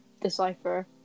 decipher